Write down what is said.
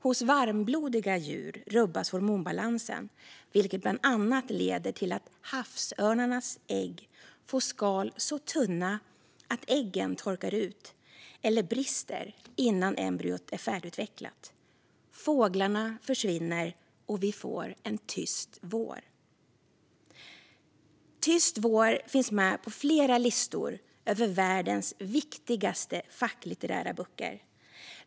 Hos varmblodiga djur rubbas hormonbalansen, vilket bland annat leder till att havsörnarnas ägg får skal så tunna att äggen torkar ut eller brister innan embryot är färdigutvecklat. Fåglarna försvinner, och vi får en tyst vår. Tyst vår finns med på flera listor över världens viktigaste facklitterära böcker.